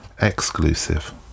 exclusive